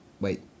wait